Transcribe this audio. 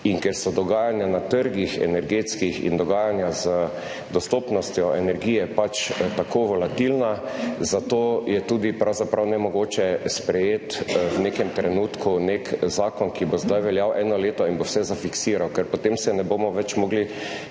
in ker so dogajanja na trgih energetskih in dogajanja z dostopnostjo energije tako volatilna, zato je tudi pravzaprav nemogoče sprejeti v nekem trenutku nek zakon, ki bo zdaj veljal eno leto in bo vse zafiksiral, ker potem se ne bomo več mogli,